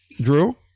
Drew